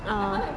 ah